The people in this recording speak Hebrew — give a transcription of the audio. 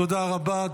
תודה רבה.